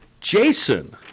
Jason